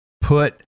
put